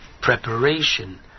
preparation